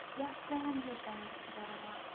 یا family pack چھِ بَناوان